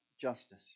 justice